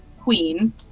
queen